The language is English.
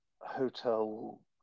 hotel